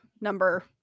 number